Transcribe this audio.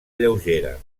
lleugera